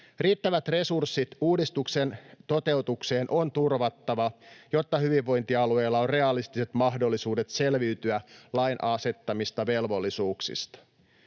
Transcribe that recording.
Riittävät resurssit uudistuksen toteutukseen on turvattava, jotta hyvinvointialueilla on realistiset mahdollisuudet selviytyä lain asettamista velvollisuuksista.